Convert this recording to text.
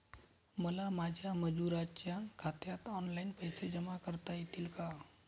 मला माझ्या मजुरांच्या खात्यात ऑनलाइन पैसे जमा करता येतील का?